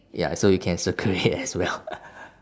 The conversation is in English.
ya so you can circle it as well